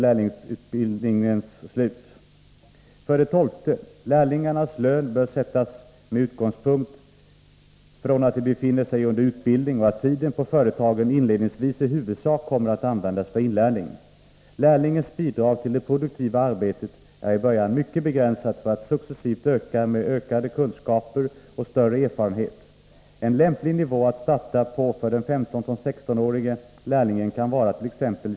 Lärlingarnas lön bör sättas med utgångspunkt i att de befinner sig under utbildning och att tiden på företagen inledningsvis i huvudsak kommer att användas för inlärning. Lärlingens bidrag till det produktiva arbetet är i början mycket begränsat, för att successivt öka med ökade kunskaper och större erfarenhet. En lämplig nivå att starta på för den 15-16-årige lärlingen kan varat.ex.